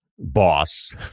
boss